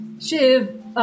Shiv